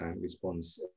response